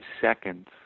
seconds